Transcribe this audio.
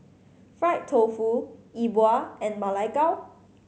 fried tofu E Bua and Ma Lai Gao